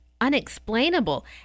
unexplainable